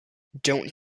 don’t